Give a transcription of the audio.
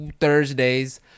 Thursdays